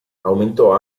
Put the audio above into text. aumentò